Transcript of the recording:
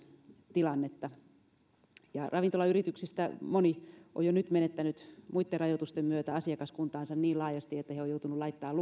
tilannetta ravintolayrityksistä moni on jo nyt menettänyt muitten rajoitusten myötä asiakaskuntaansa niin laajasti että he ovat joutuneet laittamaan